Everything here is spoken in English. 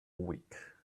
week